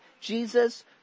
Jesus